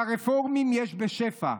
ולרפורמים יש בשפע,